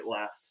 left